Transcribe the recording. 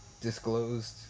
disclosed